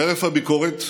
חרף הביקורת,